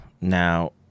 Now